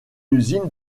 usine